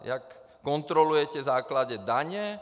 Jak kontrolujete základy daně?